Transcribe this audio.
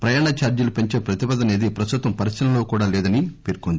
ప్రయాణ చార్జీలు పెంచే ప్రతిపాదనేదీ ప్రస్తుతం పరిశీలనలో కూడా లేదని పేర్కొంది